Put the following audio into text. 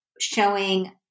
showing